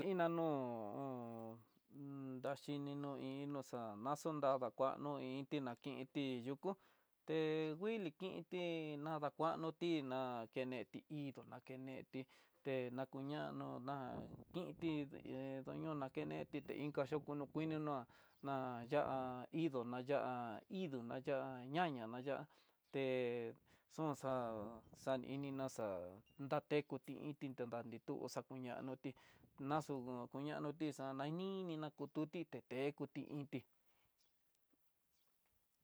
Iná no no'o daxhininó, i iinó nó naxadakuano i iinti nakenti yuku té nguili inti, nadakuanoti na kineti idó na keneti, te na kuñano ná kinti hé doño na keneti é inka yokó no'o kuino ná'a, na yá indó na yá ñaña na yá te xonxa xanii inina xa'á ndadi kuti inti dandi tú xakuñanoti naxu kuñanoti xa nanini na kutu tité tekutí inti.